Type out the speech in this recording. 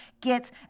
get